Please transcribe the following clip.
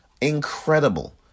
Incredible